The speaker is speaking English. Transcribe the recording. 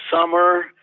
summer